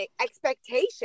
expectation